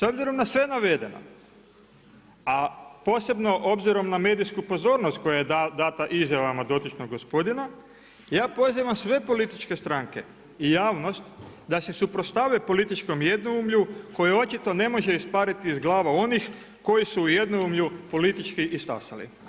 S obzirom na sve navedeno, a posebno obzirom na medijsku pozornost, koja je dana izjavama dotičnog gospodina, ja pozivam sve političke stranke i javnost, da se suprotstavlja političkom jednoumlju, koji očito ne može ispariti iz glava onih koji su u jednoumlju politički istasali.